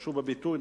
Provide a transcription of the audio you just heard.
השתמשו בביטוי,